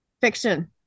Fiction